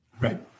Right